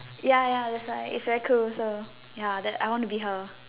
ya ya that's why it's very cool so ya that I wanna be her